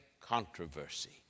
Controversy